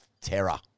terror